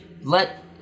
let